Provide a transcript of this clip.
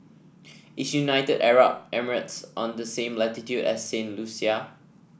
is United Arab Emirates on the same latitude as Saint Lucia